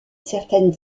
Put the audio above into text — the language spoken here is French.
certaine